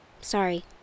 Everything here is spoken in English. Sorry